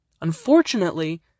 Unfortunately